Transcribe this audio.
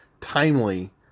timely